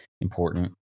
important